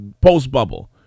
post-bubble